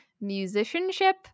musicianship